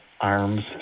arms